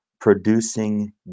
producing